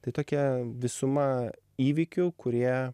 tai tokia visuma įvykių kurie